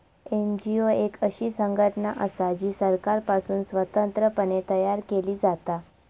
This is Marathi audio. एन.जी.ओ एक अशी संघटना असा जी सरकारपासुन स्वतंत्र पणे तयार केली जाता